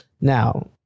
Now